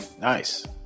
Nice